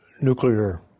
nuclear